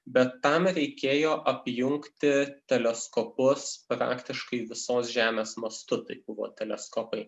bet tam reikėjo apjungti teleskopus praktiškai visos žemės mastu tai buvo teleskopai